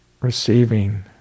receiving